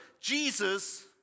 Jesus